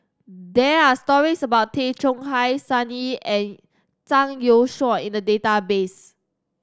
there are stories about Tay Chong Hai Sun Yee and Zhang Youshuo in the database